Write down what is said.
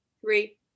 three